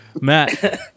Matt